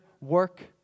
work